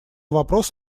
вопрос